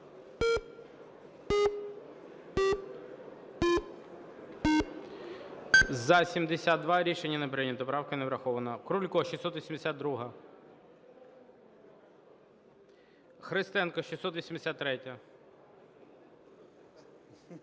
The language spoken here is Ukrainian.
За-72 Рішення не прийнято. Правка не врахована. Крулько, 682-а. Христенко, 683-я.